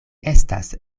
estas